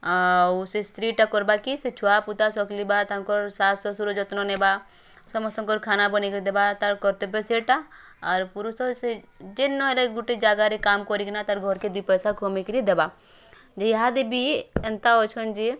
ଆଉ ସେ ସ୍ତ୍ରୀଟା କର୍ବାକି ସେ ଛୁଆପୁତା ସକଲିବା ତାଙ୍କର୍ ଶାଶ୍ ଶଶୁର୍ ଯତ୍ନ ନେବା ସମସ୍ତଙ୍କର ଖାନା ବନେଇ କରି ଦେବା ତା'ର୍ କର୍ତ୍ତବ୍ୟ ସେଇଟା ଆର୍ ପୁରୁଷ ସିଏ ଯେନ୍ ନହେଲେ ଗୁଟେ ଜାଗାରେ କାମ କରିକିନା ତା'ର୍ ଘର୍କେ ଦୁଇ ପଇସା କମେଇକିରି ଦେବା ଦେଇ ଇହାଦେ ବି ଏନ୍ତା ଅଛନ୍ ଯେ